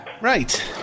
Right